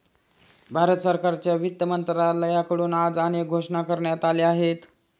भारत सरकारच्या वित्त मंत्रालयाकडून आज अनेक घोषणा करण्यात आल्या आहेत